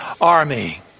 army